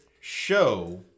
show